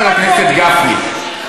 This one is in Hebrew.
חבר הכנסת גפני,